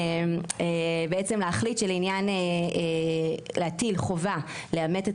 בעצם להחליט שלעניין להטיל חובה לאמת את